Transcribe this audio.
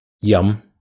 yum